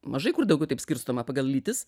mažai kur daugiau taip skirstoma pagal lytis